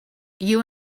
you